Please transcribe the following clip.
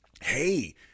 Hey